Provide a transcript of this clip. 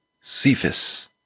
Cephas